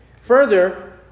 Further